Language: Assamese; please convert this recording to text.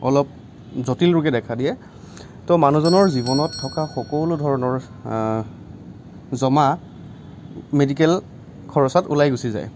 অলপ জটিল ৰোগে দেখা দিয়ে তো মানুহজনৰ জীৱনত থকা সকলোধৰণৰ জমা মেডিকেল খৰচাত ওলাই গুচি যায়